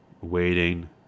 waiting